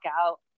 out